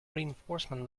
reinforcement